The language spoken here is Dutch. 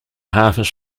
havens